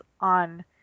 on